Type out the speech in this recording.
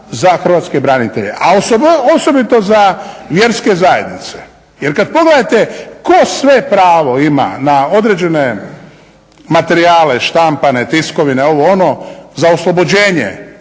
za hrvatske branitelje a osobito za vjerske zajednice. Jer kad pogledate tko sve pravo ima na određene materijale štampane, tiskovine, ovo, ono, za oslobođenje